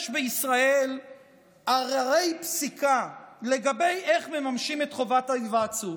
יש בישראל הררי פסיקה לגבי איך מממשים את חובת ההיוועצות.